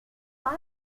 foul